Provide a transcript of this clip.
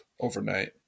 overnight